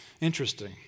Interesting